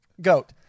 goat